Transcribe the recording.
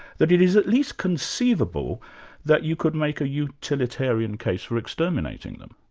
that it is at least conceivable that you could make a utilitarian case for exterminating them.